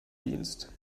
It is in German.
dienst